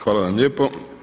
Hvala vam lijepo.